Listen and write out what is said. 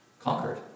conquered